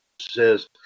says